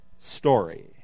story